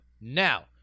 Now